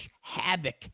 havoc